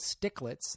Sticklets